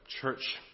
church